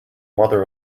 mother